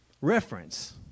reference